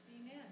Amen